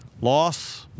loss